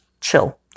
chill